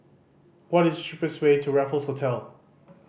what is the cheapest way to Raffles Hotel